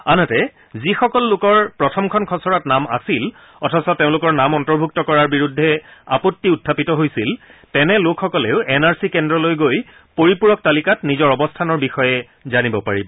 আনহাতে যিসকল লোকৰ প্ৰথমখন খচৰাত নাম আছিল অথচ তেওঁলোকৰ নাম অন্তৰ্ভুক্ত কৰাৰ বিৰুদ্ধে আপত্তি উখাপিত হৈছিল তেনে লোকসকলেও এন আৰ চি কেন্দ্ৰলৈ গৈ পৰিপূৰক তালিকাত নিজৰ অৱস্থানৰ বিষয়ে জানিব পাৰিব